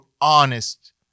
honest